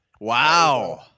Wow